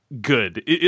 good